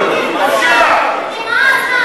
נמאס לנו, מה לעשות.